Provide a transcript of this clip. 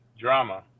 drama